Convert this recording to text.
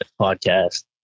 podcast